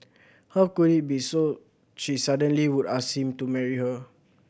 how could it be so she suddenly would ask him to marry her